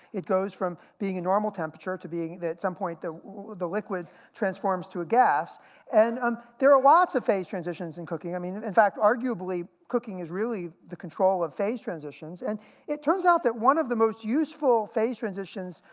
it goes from being a normal temperature, to being at some point the the liquid transforms to a gas and um there are lots of phase transitions in cooking. i mean, in fact, arguably cooking is really the control of phase transitions. and it turns out that one of the most useful phase transitions,